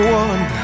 one